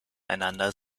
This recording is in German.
einander